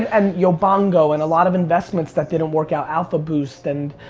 and yobongo and a lot of investments that didn't work out. alpha booze didn't,